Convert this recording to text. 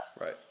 Right